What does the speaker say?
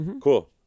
Cool